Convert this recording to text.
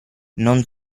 non